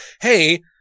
hey